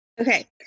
Okay